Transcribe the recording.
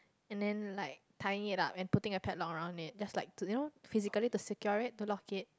and then like tying it up and putting a padlock around it just like to you know physically to secure it to lock it